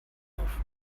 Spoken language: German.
auf